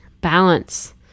balance